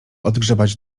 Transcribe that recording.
odgrzebać